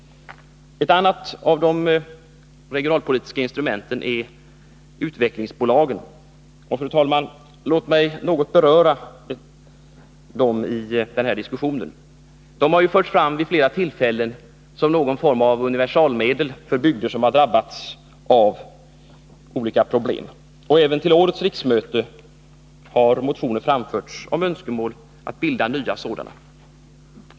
Ett annat av de regionalpolitiska instrumenten är utvecklingsbolagen. Låt mig, herr talman, också något beröra dem i den här diskussionen. De har ju förts fram vid flera tillfällen som någon form av universalmedel för bygder som har drabbats av olika problem. Även till årets riksmöte har i motioner framförts önskemål om att bilda nya sådana.